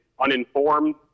uninformed